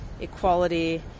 equality